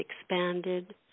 expanded